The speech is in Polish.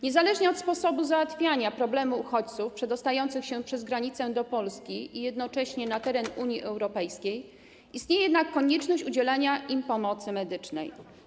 Niezależnie od sposobu rozwiązania problemu uchodźców przedostających się przez granicę do Polski i jednocześnie na teren Unii Europejskiej istnieje konieczność udzielenia im pomocy medycznej.